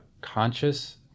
conscious